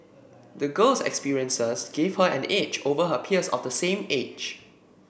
the girl's experiences gave her an edge over her peers of the same age